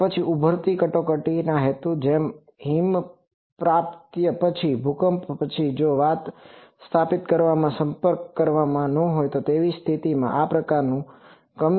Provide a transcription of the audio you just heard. પછી કેટલાક ઉભરતી કટોકટીના હેતુથી જેમ કે હિમપ્રપાત પછી ભૂકંપ પછી જો વાતચીત સ્થાપિત કરવા માટે કોઈ સંપર્ક ન હોય તો તેવી સ્થિતિ માટે તેનો ઉપયોગ કરાય છે